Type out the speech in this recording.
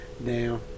Now